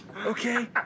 Okay